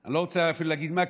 אני לא רוצה אפילו להגיד במה,